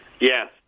Yes